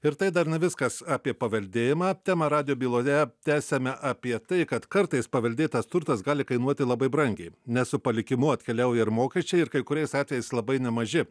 ir tai dar ne viskas apie paveldėjimą temą radijo byloje tęsiame apie tai kad kartais paveldėtas turtas gali kainuoti labai brangiai nes su palikimu atkeliauja ir mokesčiai ir kai kuriais atvejais labai nemaži